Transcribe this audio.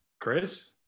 Chris